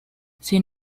sin